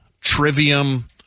Trivium